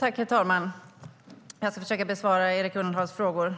Herr talman! Jag ska försöka besvara Erik Ullenhags frågor.